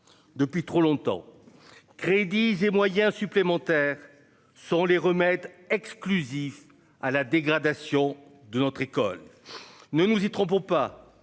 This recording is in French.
Depuis trop longtemps. Crédits et moyens supplémentaires. Seront les remèdes exclusif à la dégradation de notre école. Ne nous y trompons pas,